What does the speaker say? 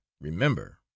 remember